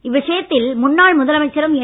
இவ்விஷயத்தில் முன்னாள் முதலமைச்சரும் என்